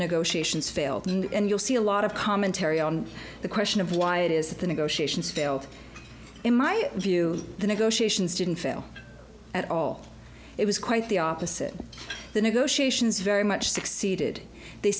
negotiations fail to end you'll see a lot of commentary on the question of why it is that the negotiations failed in my view the negotiations didn't fail at all it was quite the opposite the negotiations very much succeeded they